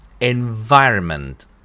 Environment